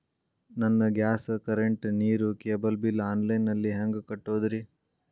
ನನ್ನ gas, current, ನೇರು, cable bill online ನಲ್ಲಿ ಹೆಂಗ್ ಕಟ್ಟೋದ್ರಿ?